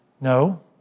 No